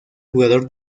jugador